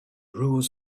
rules